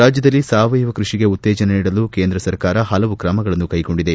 ರಾಜ್ಲದಲ್ಲಿ ಸಾವಯವ ಕೃಷಿಗೆ ಉತ್ತೇಜನ ನೀಡಲು ಕೇಂದ್ರ ಸರ್ಕಾರ ಹಲವು ಕ್ರಮಗಳನ್ನು ಕ್ಲೆಗೊಂಡಿದೆ